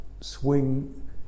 swing